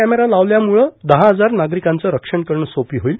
camera लावल्यामुळं दहा हजार नागरिकांचे रक्षण करणे सोपे होईल